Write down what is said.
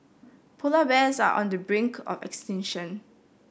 polar bears are on the brink of extinction